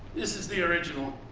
this is the original,